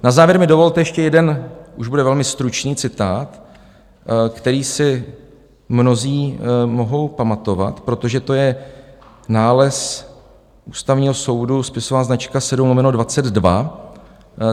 Na závěr mi dovolte ještě jeden už bude velmi stručný citát, který si mnozí mohou pamatovat, protože to je nález Ústavního soudu spisová značka 7/22.